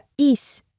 -is